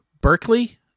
Berkeley